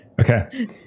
Okay